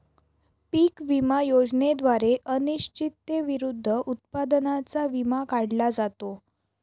पीक विमा योजनेद्वारे अनिश्चिततेविरुद्ध उत्पादनाचा विमा काढला जातो